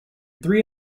three